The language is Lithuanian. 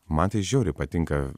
man tai žiauriai patinka